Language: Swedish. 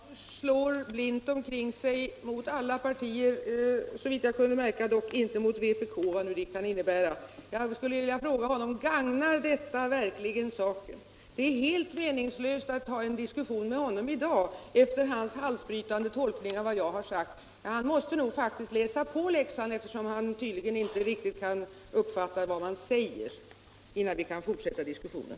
Herr talman! Herr Romanus slår blint omkring sig mot alla partier — såvitt jag kunde märka dock inte mot vpk, vad det nu kan innebära. Därför skulle jag vilja fråga honom: Gagnar detta verkligen saken? Det är helt meningslöst att ha en diskussion med honom i dag efter hans halsbrytande tolkning av vad jag har sagt. Han måste nog läsa på läxan — eftersom han tydligen inte riktigt kan uppfatta vad man säger — innan vi kan fortsätta diskussionen.